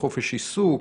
בחופש עיסוק,